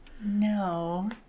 No